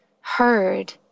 heard